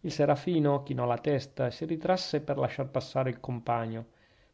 il serafino chinò la testa e si ritrasse per lasciar passare il compagno